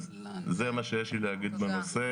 אז זה מה שיש לי להגיד בנושא.